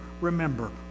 remember